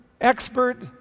expert